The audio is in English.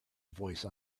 voice